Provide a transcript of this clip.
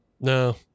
No